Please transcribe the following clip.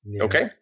Okay